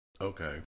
Okay